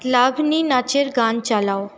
লাভণী নাচের গান চালাও